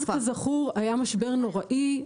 אבל אז, כזכור, היה משבר נוראי.